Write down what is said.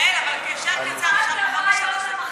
יעל, אבל אפשר קצר, אפשר פחות משלוש דקות.